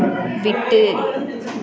விட்டு